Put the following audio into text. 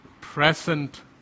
present